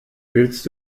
willst